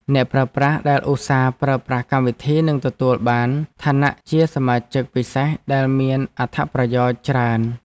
អ្នកប្រើប្រាស់ដែលឧស្សាហ៍ប្រើប្រាស់កម្មវិធីនឹងទទួលបានឋានៈជាសមាជិកពិសេសដែលមានអត្ថប្រយោជន៍ច្រើន។